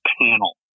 panel